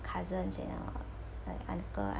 cousin and all like uncle uh